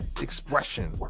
expression